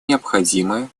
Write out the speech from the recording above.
необходимое